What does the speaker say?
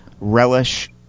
relish